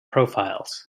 profiles